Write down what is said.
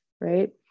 right